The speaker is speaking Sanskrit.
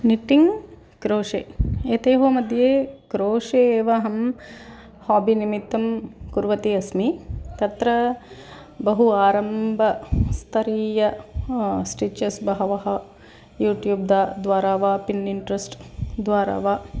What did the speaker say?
निट्टिङ्ग् क्रोशे एतयोः मध्ये क्रोशे एव अहं हाबि निमित्तं कुर्वती अस्मि तत्र बहु आरम्भस्थरीय स्टिचस् बहवः यूट्यूब् दा द्वारा वा पिन् इण्ट्रस्ट्द्वारा वा